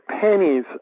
pennies